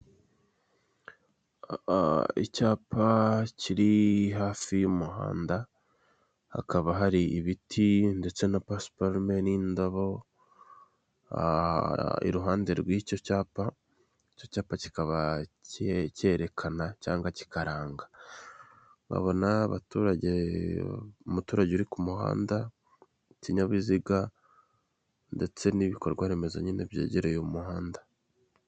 Icyapa kiri hafi y'umuhanda hakaba hari ibiti ndetse na pasiparume n'indabo iruhande rw'icyo cyapa icyo cyapa kikaba cyekana cyangwa kikaranga, urabona abaturage, umuturage uri ku muhanda n'ikinyabiziga, ndetse n'ibikorwaremezo nyine byegereye umuhanda.